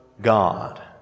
God